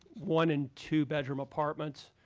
one and two bedroom apartments.